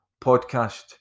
podcast